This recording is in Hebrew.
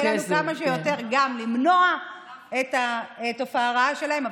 יהיה לנו כמה שיותר למנוע את התופעה הרעה שלהם,